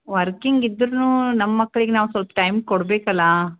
working ಇದ್ದರೂನೂ ನಮ್ಮ ಮಕ್ಳಿಗೆ ನಾವು ಸ್ವಲ್ಪ ಟೈಮ್ ಕೊಡಬೇಕಲ್ಲ